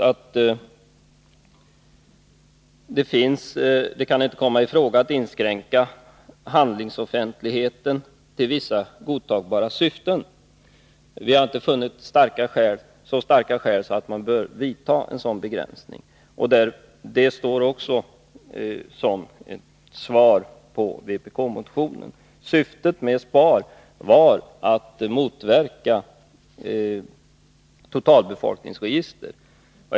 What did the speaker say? Det har sagts att en inskränkning av handlingsoffentligheten till vissa godtagbara syften inte kan komma i fråga. Vi har inte funnit att det finns tillräckligt starka skäl för att vidta en sådan begränsning. Det sägs också i kommentaren till vpk-motionen. Syftet med SPAR var att motverka totalbefolkningsregistret.